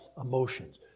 emotions